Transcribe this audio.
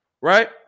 right